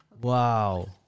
Wow